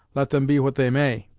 let them be what they may.